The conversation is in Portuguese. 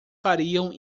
fariam